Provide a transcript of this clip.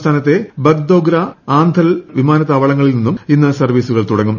സംസ്ഥാനത്തെ ബഗ്ദോഗ്ര ആന്ധൽ വിമാനത്താവളങ്ങളിൽ നിന്നും ഇന്ന് സർവ്വീസുകൾ തുടങ്ങും